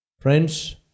Friends